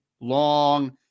long